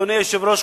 אדוני היושב-ראש,